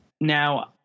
now